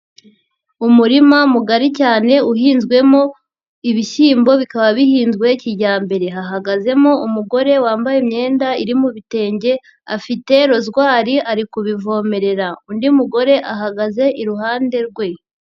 Umurima mugari cyane uhinzwemo ibishyimbo bikaba bihinzwe kijyambere, hahagazemo umugore wambaye imyenda irimo ibitenge afite rosori ari kubivomerera, undi mugore ahagaze iruhande rwe.